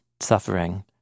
suffering